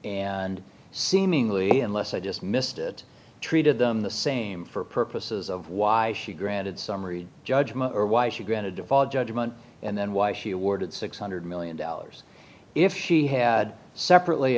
and seemingly unless i just missed it treated them the same for purposes of why she granted summary judgment or why she granted to all judgment and then why she awarded six hundred million dollars if she had separately